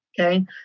Okay